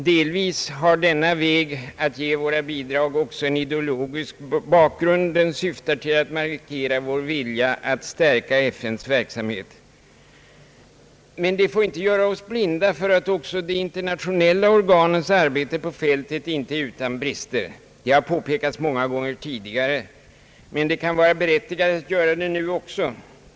Delvis har denna väg att ge våra bidrag också en ideologisk bakgrund, i det den syftar till att markera vår vilja att stärka FN:s verksamhet. "Men det får inte göra oss blinda för att också de internationella organens arbete på fältet inte är utan brister. Det har påpekats många gånger tidigare, men det kan vara berättigat att göra det nu också.